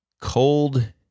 cold